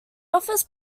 offers